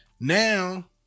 Now